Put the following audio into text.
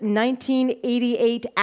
1988